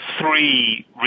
three